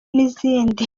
n’izindi